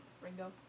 Ringo